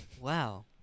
Wow